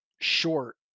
short